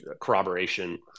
corroboration